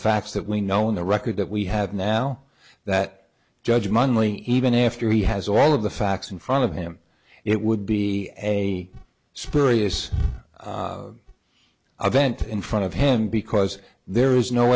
facts that we know in the record that we have now that judge munley even after he has all of the facts in front of him it would be a spurious advent in front of him because there is no